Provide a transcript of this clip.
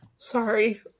Sorry